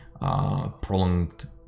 prolonged